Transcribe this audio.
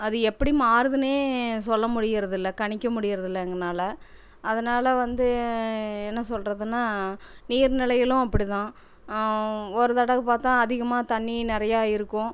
அது எப்படி மாறுதுன்னே சொல்ல முடிகிறதில்ல கணிக்க முடிகிறதில்ல எங்கனால் அதனால் வந்து என்ன சொல்கிறதுன்னா நீர் நிலைகளும் அப்படி தான் ஒரு தடவை பார்த்தா அதிகமாக தண்ணி நிறையா இருக்கும்